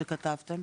מה שכתבתם.